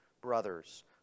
brothers